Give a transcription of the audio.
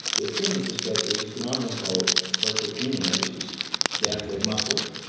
the thing is is that there's a phenomenon called sarcopenia, which is death of muscles,